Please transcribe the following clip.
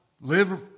live